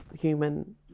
human